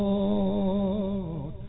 Lord